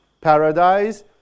paradise